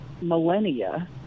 millennia